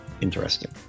Interesting